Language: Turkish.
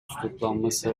tutuklanması